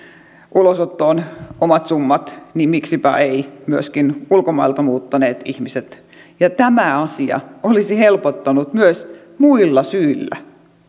ulosottoon omat summat niin miksipä eivät myöskin ulkomailta muuttaneet ihmiset tämä asia olisi helpottanut myös muilla syillä